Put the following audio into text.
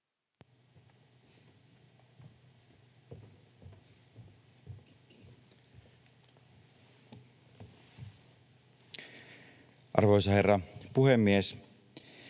Arvoisa herra puhemies!